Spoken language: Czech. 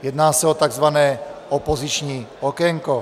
Jedná se o tzv. opoziční okénko.